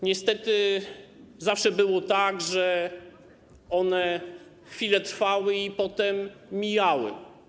Niestety zawsze było tak, że one chwilę trwały i potem mijały.